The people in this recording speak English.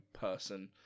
person